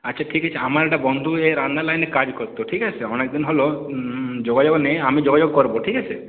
আচ্ছা ঠিক আছে আমার একটা বন্ধু এই রান্নার লাইনে কাজ করতো ঠিক আছে অনেক দিন হল যোগাযোগ নেই আমি যোগাযোগ করবো ঠিক আছে